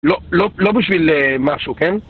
לא, לא, לא בשביל משהו, כן?